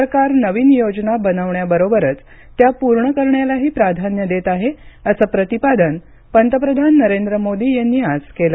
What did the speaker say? सरकार नवीन योजना बनवण्याबरोबरच त्या पूर्ण करण्यालाही प्राधान्य देत आहे असं प्रतिपादन पंतप्रधान नरेंद्र मोदी यांनी आज केलं